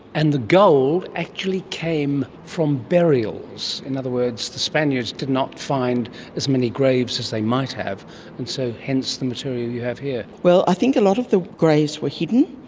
and the gold actually came from burials. in other words, the spaniards did not find as many graves as they might have and so hence the material you have here. well, i think a lot of the graves were hidden,